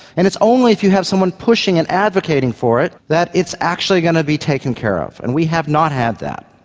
and it's only if you have someone pushing and advocating for it that it's actually going to be taken care of. and we have not had that.